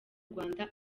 rwanda